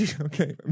Okay